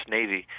Navy